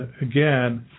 again